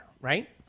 right